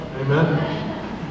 Amen